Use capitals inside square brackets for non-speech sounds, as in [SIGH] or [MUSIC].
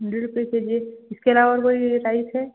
hundred rupees [UNINTELLIGIBLE] इसके अलावा और कोई राइस है